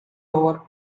over